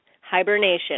hibernation